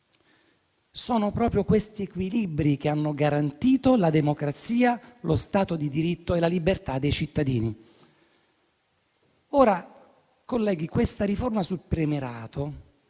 Sono proprio questi equilibri che hanno garantito la democrazia, lo Stato di diritto e la libertà dei cittadini. Ora, colleghi, questa riforma sul premierato